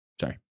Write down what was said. Sorry